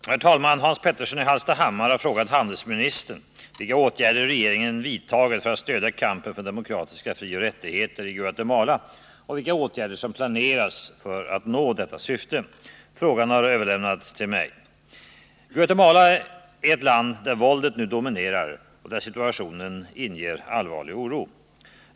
gärder för att stödja kampen för demokratiska frioch rättigheter i Guatemala Herr talman! Hans Petersson i Hallstahammar har frågat handelsministern vilka åtgärder regeringen vidtagit för att stödja kampen för demokratiska frioch rättigheter i Guatemala och vilka åtgärder som planeras för att nå detta syfte. Frågan har överlämnats till mig. Guatemala är ett land där våldet nu dominerar och där situationen inger allvarlig oro.